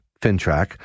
FinTrack